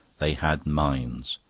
they had minds.